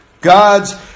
God's